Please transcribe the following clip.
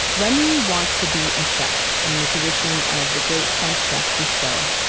remy wants to be a chef in the tradition of the great french chef, gusteau.